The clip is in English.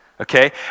Okay